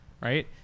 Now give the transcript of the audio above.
right